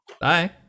Bye